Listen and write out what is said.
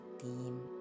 team